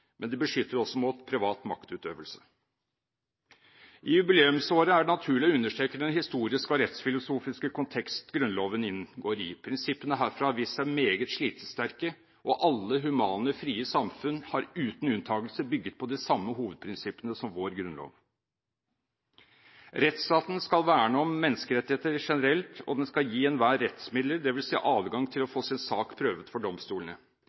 men også mot privat maktutøvelse. I jubileumsåret er det naturlig å understreke den historiske og rettsfilosofiske kontekst Grunnloven inngår i. Prinsippene herfra har vist seg meget slitesterke, og alle humane, frie samfunn har uten unntagelse bygget på de samme hovedprinsippene som vår grunnlov. Rettsstaten skal verne om menneskerettigheter generelt, og den skal gi enhver rettsmidler – dvs. adgang til å få sin sak prøvd for domstolene.